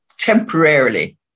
temporarily